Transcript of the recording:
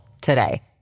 today